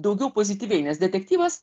daugiau pozityviai nes detektyvas